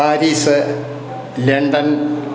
Paris London